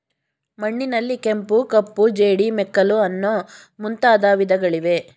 ಮಣ್ಣಿನಲ್ಲಿ ಕೆಂಪು, ಕಪ್ಪು, ಜೇಡಿ, ಮೆಕ್ಕಲು ಅನ್ನೂ ಮುಂದಾದ ವಿಧಗಳಿವೆ